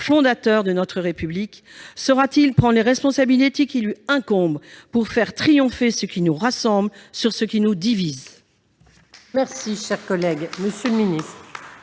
fondateur de notre République ? Saura-t-il prendre les responsabilités qui lui incombent pour faire triompher ce qui nous rassemble sur ce qui nous divise ? La parole est à M. le ministre.